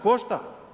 Košta.